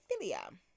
philia